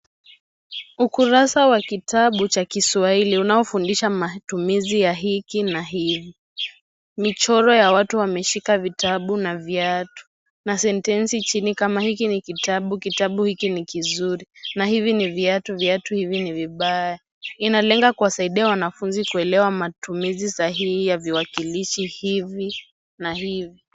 Ukurasa wa kitabu cha Kiswahili unaofundisha matumizi ya hiki na hivi. Michoro ya watu wameshika vitabu na viatu na sentesi chini kama 'Hiki ni kitabu. Kitabu hiki ni kizuri' na 'Hivi ni viatu. Viatu hivi ni vibaya'. Inalenga kuwasaidia wanafunzi kuelewa matumizi sahihi ya viwakilishi hivi na hivi.